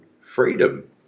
freedom